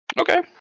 Okay